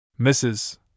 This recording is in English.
Mrs